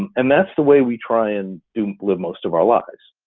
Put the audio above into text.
and that's the way we try and do live most of our lives.